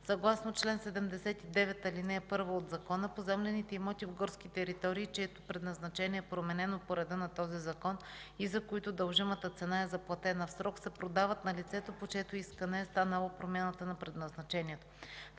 Съгласно чл. 79, ал. 1 от Закона поземлените имоти в горски територии, чието предназначение е променено по реда на този закон и за които дължимата цена е заплатена в срок, се продават на лицето, по чието искате е станала промяната на предназначението.